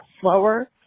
slower